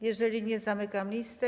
Jeżeli nie, zamykam listę.